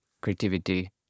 creativity